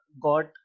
got